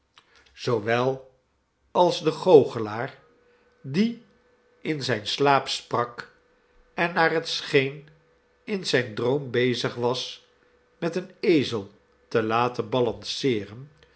zoowel als de goochelaar die in zijn slaap sprak en naar het scheen in zijn droom bezig was met een ezel te laten balanceeren